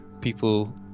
people